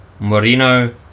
Morino